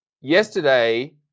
yesterday